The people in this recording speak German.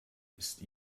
ist